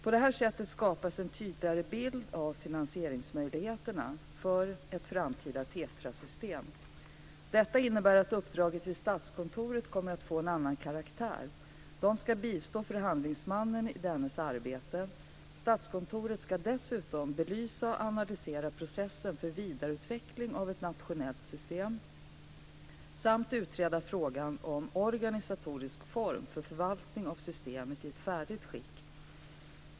På det här sättet skapas en tydligare bild av finansieringsmöjligheterna för ett framtida landstäckande Detta innebär att uppdraget till Statskontoret kommer att få en annan karaktär. Det ska bistå förhandlingsmannen i dennes arbete. Statskontoret ska dessutom belysa och analysera processen för vidareutveckling av ett nationellt system samt utreda frågan om organisatorisk form för förvaltning av systemet i ett färdigt skick.